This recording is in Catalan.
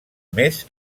més